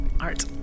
Art